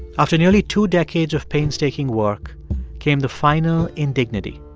after nearly two decades of painstaking work came the final indignity